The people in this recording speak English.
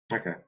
Okay